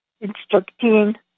instructing